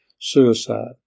suicide